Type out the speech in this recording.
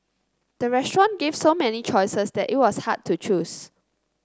the restaurant gave so many choices that it was hard to choose